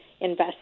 invest